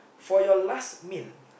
for your last meal